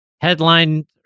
headline